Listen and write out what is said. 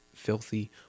filthy